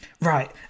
Right